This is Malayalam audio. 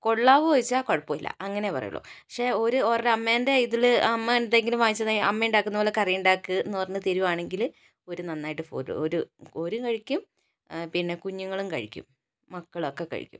കൊള്ളാമോ ചോദിച്ചാൽ കുഴപ്പമില്ല അങ്ങനെ പറയുള്ളു പക്ഷെ അവര് അവരമ്മേൻ്റെ ഇതില് അമ്മ എന്തെങ്കിലും വാങ്ങിച്ചതായി അമ്മയുണ്ടാക്കുന്നപോലെ കറിയുണ്ടാക്ക് എന്ന് പറഞ്ഞ് തരികയാണെങ്കില് അവര് നന്നായിട്ട് അവര് അവര് അവരും കഴിക്കും പിന്നെ കുഞ്ഞുങ്ങളും കഴിക്കും മക്കളൊക്കെ കഴിക്കും